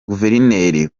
guverineri